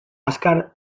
azkar